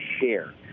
share